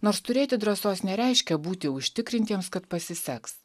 nors turėti drąsos nereiškia būti užtikrintiems kad pasiseks